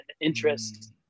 interest